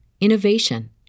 innovation